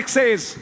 says